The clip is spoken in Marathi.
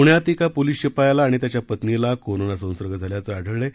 पुण्यात एका पोलीस शिपायाला आणि त्यांच्या पत्नीला कोरोना संसर्ग झाल्याचं आढळलं आहे